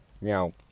Now